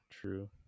True